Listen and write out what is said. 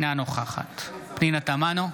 אינה נוכחת פנינה תמנו,